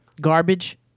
garbage